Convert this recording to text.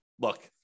look